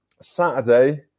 Saturday